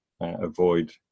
avoid